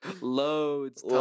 Loads